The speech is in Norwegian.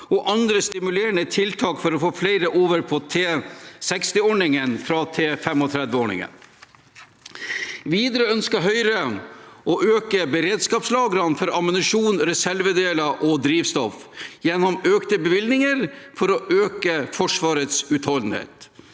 og andre stimulerende tiltak for å få flere over på T60-ordningen fra T35-ordningen. Videre ønsker Høyre å øke beredskapslagrene for ammunisjon, reservedeler og drivstoff gjennom økte bevilgninger for å øke Forsvarets utholdenhet.